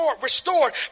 restored